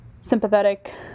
sympathetic